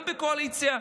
גם בקואליציה,